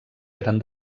eren